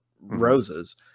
roses